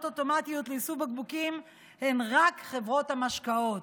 אוטומטיות לאיסוף בקבוקים הן רק חברות המשקאות.